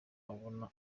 abona